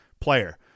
player